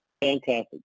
Fantastic